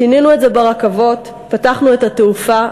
"שינינו את זה ברכבת, פתחנו את התעופה.